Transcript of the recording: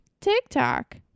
tiktok